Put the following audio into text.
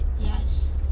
Yes